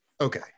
Okay